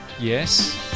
yes